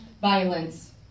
violence